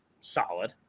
solid